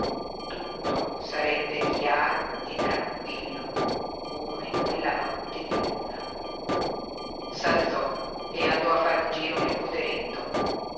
tutto sarebbe chiaro e tranquillo come in quella notte di luna s'alzò e andò a fare un giro nel poderetto